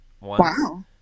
Wow